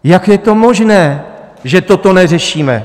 Jak je to možné, že toto neřešíme?